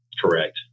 correct